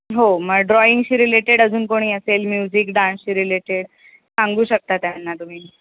हो मग ड्रॉइंगशी रिलेटेड अजून कोणी असेल म्युझिक डान्सशी रिलेटेड सांगू शकता त्यांना तुम्ही